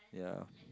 ya